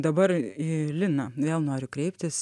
dabar į liną vėl noriu kreiptis